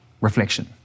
reflection